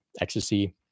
ecstasy